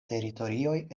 teritorioj